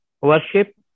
Worship